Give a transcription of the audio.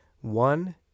One